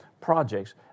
projects